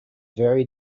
very